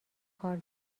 کار